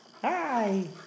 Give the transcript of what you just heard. Hi